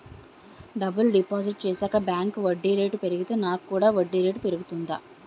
డబ్బులు డిపాజిట్ చేశాక బ్యాంక్ వడ్డీ రేటు పెరిగితే నాకు కూడా వడ్డీ రేటు పెరుగుతుందా?